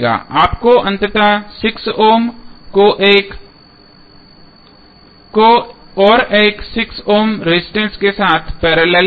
आप अंततः 6 ओम को और एक 6 ओम रेजिस्टेंस के साथ पैरेलल में प्राप्त करते हैं